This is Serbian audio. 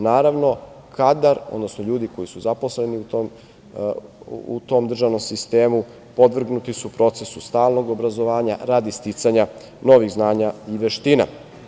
Naravno, kadar, odnosno ljudi koji su zaposleni u tom državnom sistemu podvrgnuti su procesu stalnog obrazovanja radi sticanja novih znanja i veština.